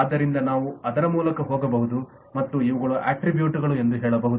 ಆದ್ದರಿಂದ ನಾವು ಅದರ ಮೂಲಕ ಹೋಗಬಹುದು ಮತ್ತು ಇವುಗಳು ಅಟ್ರಿಬ್ಯೂಟ್ ಗಳು ಎಂದು ಹೇಳಬಹುದು